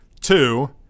Two